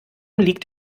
liegt